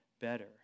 better